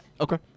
Okay